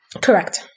Correct